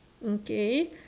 okay